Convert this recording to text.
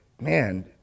man